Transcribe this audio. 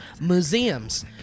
museums